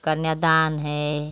कन्यादान है